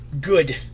good